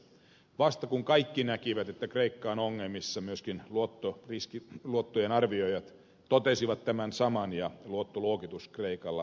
vasta kun kaikki näkivät että kreikka on ongelmissa myöskin luottojen arvioijat totesivat tämän saman ja luottoluokitus kreikalla putosi